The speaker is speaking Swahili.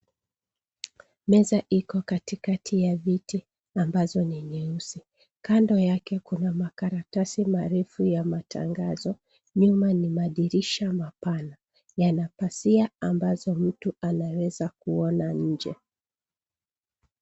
Meza iko katikati ya viti ambazo ni nyeusi. Kando yake kuna makaratasi marefu ya matangazo. Nyuma ni madirisha mapana .Yana pazia ambazo mtu anaweza Kuona nje.